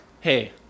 hey